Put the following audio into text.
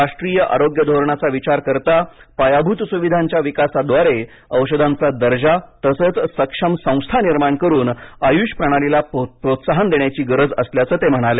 राष्ट्रीय आरोग्य धोरणाचा विचार करता पायाभूत सुविधांच्या विकासाद्वारे औषधांचा दर्जा तसच सक्षम संस्थां निर्माण करून आयुष प्रणालीला प्रोत्साहन देण्याची गरज असल्याचं ते म्हणाले